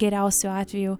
geriausiu atveju